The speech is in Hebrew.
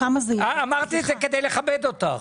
אמרתי את זה כדי לכבד אותך.